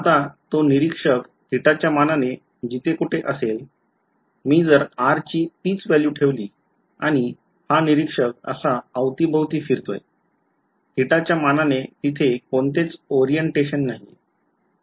आता तो निरीक्षक थिटाच्या मानाने जिथे कुठे असेल मी जर r ची तीच value ठेवली आणि हा निरीक्षक असा अवती भवती फिरतोय थिटाच्या मानाने तिथे कोणतेच ओरिएंटेशन नाहीये